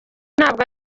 ntabwo